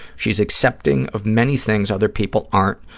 she's accepting of many things other people aren't,